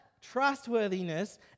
trustworthiness